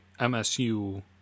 MSU